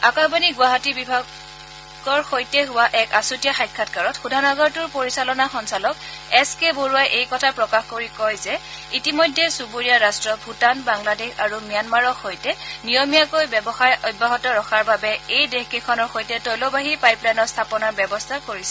আকাশবাণী গুৱাহাটীৰ বাতৰি বিভাগৰ সৈতে হোৱা এক আছুতীয়া সাক্ষাৎকাৰত শোধনাগাৰটোৰ পৰিচালন সঞ্চালক এছ কে বৰুৱাই এই কথা প্ৰকাশ কৰি কয় যে ইতিমধ্যে চুবুৰীয়া ৰাষ্ট্ৰ ভূটান বাংলাদেশ আৰু ম্যানমাৰৰ সৈতে নিয়মীয়াকৈ ব্যৱসায় অব্যাহত ৰখাৰ বাবে এই দেশকেইখনৰ সৈতে তৈলবাহী পাইপলাইন স্থাপনৰ ব্যৱস্থা কৰিছে